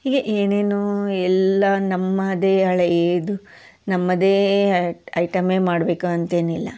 ಹೀಗೆ ಏನೇನೋ ಎಲ್ಲ ನಮ್ಮದೇ ಹಳೆಯದು ನಮ್ಮದೇ ಐಟ್ ಐಟಮ್ಮೇ ಮಾಡಬೇಕು ಅಂತೇನಿಲ್ಲ